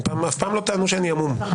אף פעם לא טענו שאני עמום.